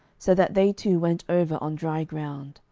so that they two went over on dry ground.